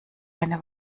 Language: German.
eine